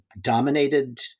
dominated